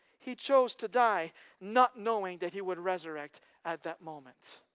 he chose to die not knowing that he would resurrect at that moment.